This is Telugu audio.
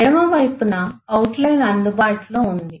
ఎడమవైపున అవుట్ లైన్ అందుబాటులో ఉంది